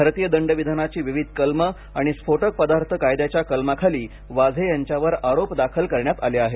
भारतीय दंडविधानाची विविध कलमे आणि स्फोटक पदार्थ कायद्याच्या कलमाखाली वाझे यांच्यावर आरोप दाखल करण्यात आले आहेत